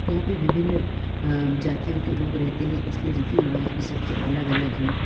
यहाँ पर विभिन्न जातियों के लोग रहते हैं इसलिए रीति रिवाज भी सबके अलग अलग हैं